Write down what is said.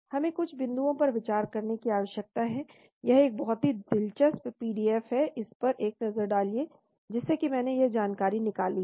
हमें कुछ बिंदुओं पर विचार करने की आवश्यकता है यह एक बहुत ही दिलचस्प पीडीएफ है इस पर एक नज़र डालिए जिसमें से मैंने यह जानकारी निकाली है